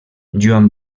joan